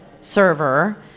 server